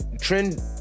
Trend